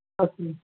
okay